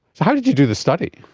so how did you do this study?